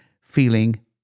feeling